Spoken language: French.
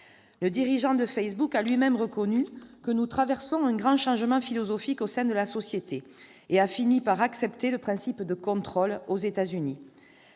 Le dirigeant de Facebook a lui-même reconnu que « nous traversons un grand changement philosophique au sein de la société » et a fini par accepter le principe de contrôles aux États-Unis.